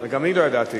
גם אני לא ידעתי.